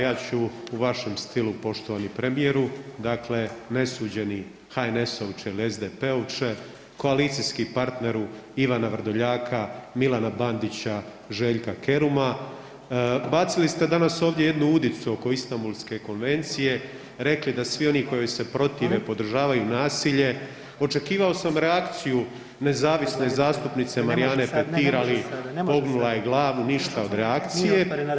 Ja ću u vašem stilu poštovani premijeru, dakle nesuđeni HNS-ovče ili SDP-ovče koalicijski partneru Ivana Vrdoljaka, Milana Bandića, Željka Keruma bacili ste danas ovdje jednu udicu oko Istambulske konvencije, rekli da svi oni koji se protive podržavaju nasilje, očekivao sam reakciju nezavisne zastupnice Marijane Petir, ali pognula je glavu ništa od reakcije.